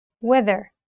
Weather